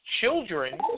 children